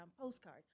postcard